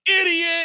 idiot